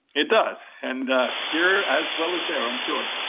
it does, and here as well as there i'm sure.